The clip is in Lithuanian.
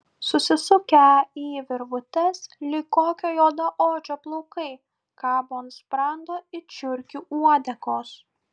susisukę į virvutes lyg kokio juodaodžio plaukai kabo ant sprando it žiurkių uodegos